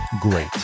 great